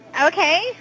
Okay